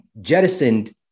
jettisoned